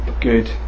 good